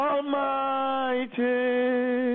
Almighty